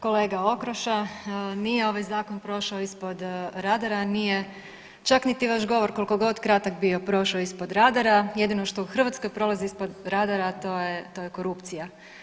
Kolega Okroša, nije ovaj zakon prošao ispod radara, nije čak niti vaš govor koliko god kratak bio prošao ispod radara, jedino što u Hrvatskoj prolazi ispod radara to je, to je korupcija.